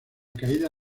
caída